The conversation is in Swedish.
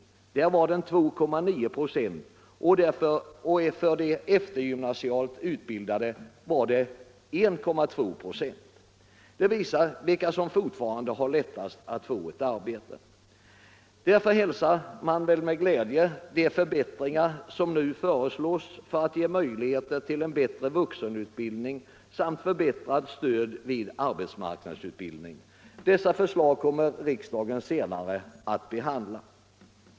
För dem var den 2,9 96 och för de eftergymnasialt utbildade 1,2 96. Det visar vilka som fortfarande har lättast att få ett jobb. Därför hälsar man med glädje de förbättringar som föreslås för att ge möjligheter till en bättre vuxenutbildning samt förbättrat stöd vid arbetsmarknadsutbildning. Dessa förslag kommer riksdagen senare att behandla.